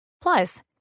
Plus